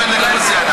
2,000 עובדים בשנה.